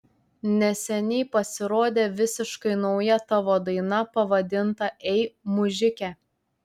neseniai pasirodė visiškai nauja tavo daina pavadinta ei mužike